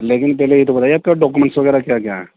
لیکن پہلے یہ تو بتائیے آپ کے پاس ڈاکومنٹس وغیرہ کیا کیا ہیں